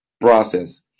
process